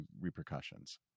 repercussions